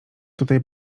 tutaj